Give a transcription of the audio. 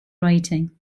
writing